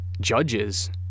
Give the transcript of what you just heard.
judges